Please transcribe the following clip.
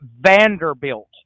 Vanderbilt